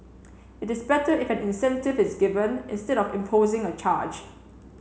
it is better if an incentive is given instead of imposing a charge